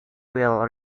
will